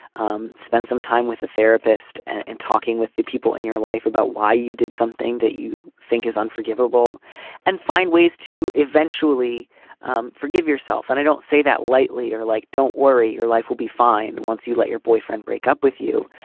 um spend some time with a therapist and and talking with the people in your life about why you did something that you think is unforgivable and find ways to eventually um forgive yourself. and i don't say that lightly or like, don't worry, your life will be fine once you let your boyfriend break up with you.